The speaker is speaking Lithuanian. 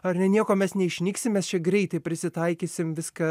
ar ne nieko mes neišnyksim mes čia greitai prisitaikysim viską